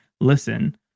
listen